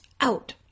out